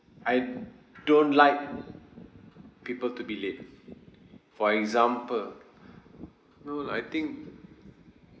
I don't like people to be late for example no lah I think